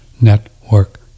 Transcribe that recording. network